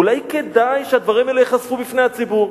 אולי כדאי שהדברים ייחשפו בפני הציבור?